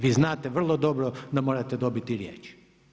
Vi znate vrlo dobro da morate dobiti riječ.